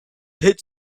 hit